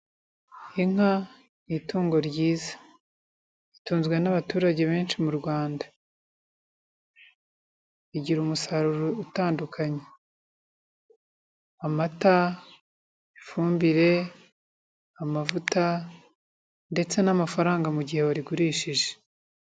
Inka ni itungo ryiza ritunzwe n'abaturage benshi mu Rwanda, rigira umusaruro utandukanye, amata, ifumbire, amavuta ndetse n'amafaranga mu gihe warigurishije.